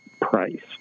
price